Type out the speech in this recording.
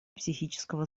психического